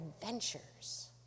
adventures